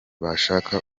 bashaka